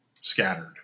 scattered